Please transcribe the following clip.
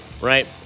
right